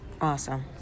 Awesome